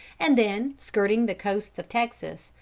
and then skirting the coast of texas,